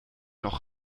noch